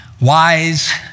Wise